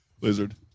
lizard